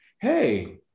hey